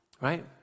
right